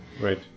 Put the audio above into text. right